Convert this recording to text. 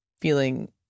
feeling